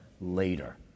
later